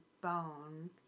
bone